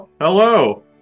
Hello